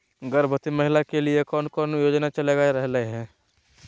गर्भवती महिला के लिए कौन कौन योजना चलेगा रहले है?